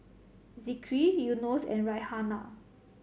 Zikri Yunos and Raihana